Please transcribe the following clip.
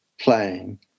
playing